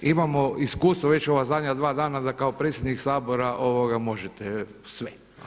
Imamo iskustvo već u ova zadnja dva dana da kao predsjednik Sabora možete sve.